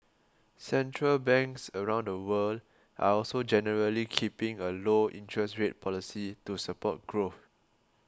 central banks around the world are also generally keeping a low interest rate policy to support growth